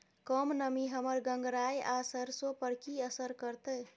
कम नमी हमर गंगराय आ सरसो पर की असर करतै?